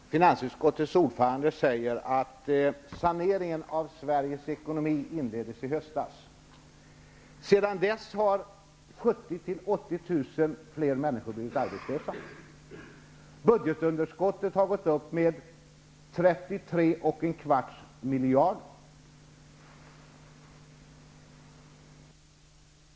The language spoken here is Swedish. Herr talman! Finansutskottets ordförande säger att saneringen av Sveriges ekonomi inleddes i höstas. Sedan dess har 70 000--80 000 fler människor blivit arbetslösa. Budgetunderskottet har gått upp med 33,25 miljarder.